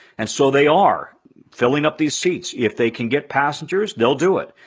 and so they are filling up these seats. if they can get passengers, they'll do it.